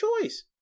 choice